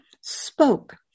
spoke